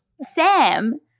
Sam